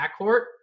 backcourt